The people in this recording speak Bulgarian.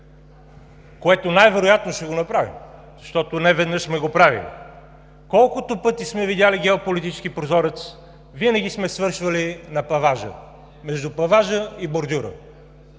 което най-вероятно ще направим, защото неведнъж сме го правили. Колкото пъти сме видели геополитически прозорец, винаги сме свършвали на паважа – между паважа и бордюра.